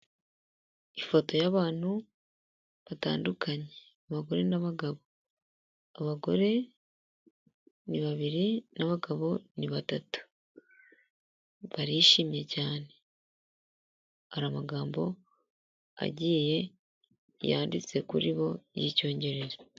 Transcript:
Ifoto y'abantu batandukanye abagore n'abagabo, abagore ni babiri n'abagabo ni batatu, barishimye cyane, hari amagambo agiye yanditse kuri bo y'icyongereza.